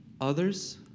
others